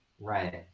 right